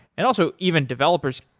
and also even developers,